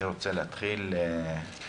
אני רוצה להתחיל עם האבא,